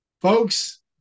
folks